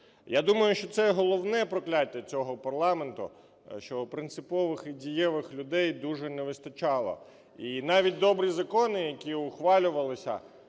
Я думаю, що це головне прокляття цього парламенту, що принципових і дієвих людей дуже не вистачало. І навіть добрі закони, які ухвалювалися,